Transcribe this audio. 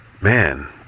man